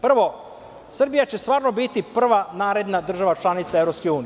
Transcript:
Prvo, Srbija će stvarno biti prva naredna država članica EU.